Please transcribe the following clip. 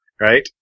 right